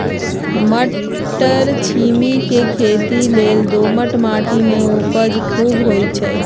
मट्टरछिमि के खेती लेल दोमट माटी में उपजा खुब होइ छइ